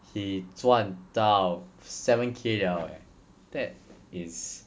he 赚到 seven K liao eh that is